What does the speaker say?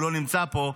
הוא לא נמצא פה,